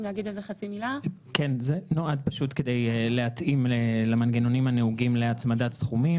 זה נועד כדי להתאים למנגנונים הנהוגים להצמדת סכומים.